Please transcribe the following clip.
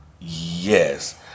Yes